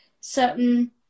certain